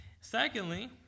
Secondly